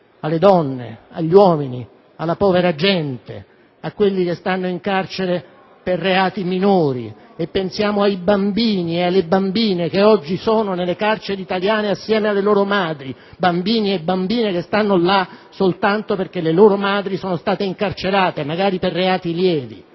alle donne e agli uomini, alla povera gente, a quelli che stanno in carcere per reati minori e pensiamo ai bambini e alle bambine che oggi sono nelle carceri italiane assieme alle loro madri e che si trovano là soltanto perché le loro madri sono state incarcerate, magari per reati lievi.